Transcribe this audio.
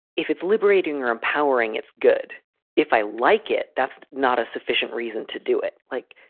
if it's liberating or empowering, it's good if i like it. that's not a sufficient reason to do it. like,